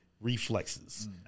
reflexes